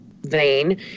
vein